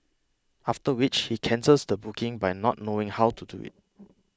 after which he cancels the booking by not knowing how to do it